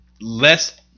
less